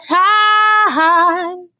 time